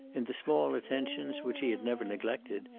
in the small attentions, which he had never neglected,